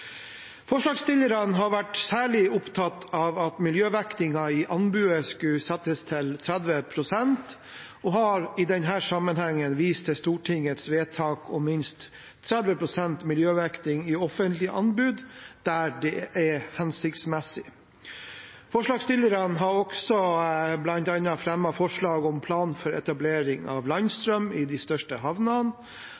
Forslagsstillerne har vært særlig opptatt av at miljøvektingen i anbudet skulle settes til 30 pst., og har i denne sammenheng vist til Stortingets vedtak om minst 30 pst. miljøvekting i offentlige anbud der det er hensiktsmessig. Forslagsstillerne har også bl.a. fremmet forslag om plan for etablering av